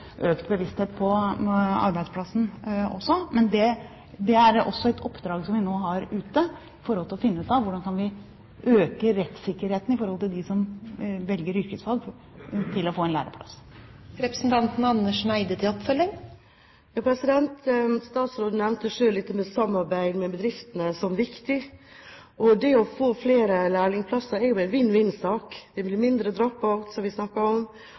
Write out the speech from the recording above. økt bevissthet på arbeidsplassen. Men det er også et oppdrag som vi nå har for å finne ut av hvordan vi kan øke rettsikkerheten for dem som velger yrkesfag, slik at de får læreplass. Statsråden nevnte selv at dette med samarbeid med bedriftene er viktig. Det å få flere lærlingplasser er jo en vinn-vinn-sak. Det blir mindre drop-out, som vi snakket om.